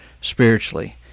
spiritually